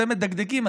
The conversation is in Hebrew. אתם מדקדקים,